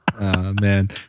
man